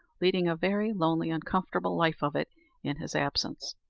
leading a very lonely, uncomfortable life of it in his absence.